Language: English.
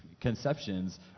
conceptions